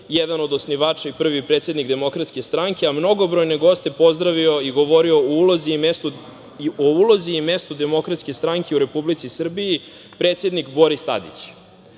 jedan od osnivača i prvi predsednik Demokratske stranke, a mnogobrojne goste je pozdravio i govorio o ulozi i mestu Demokratske stranke u Republici Srbiji predsednik Boris Tadić.